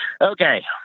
Okay